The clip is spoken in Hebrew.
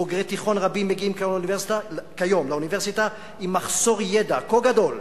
בוגרי תיכון רבים מגיעים כיום לאוניברסיטה עם מחסור ידע כה גדול,